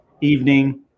evening